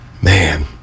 Man